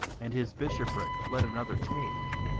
and his bishoprick let another take.